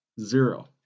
Zero